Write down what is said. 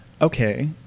okay